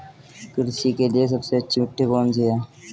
कृषि के लिए सबसे अच्छी मिट्टी कौन सी है?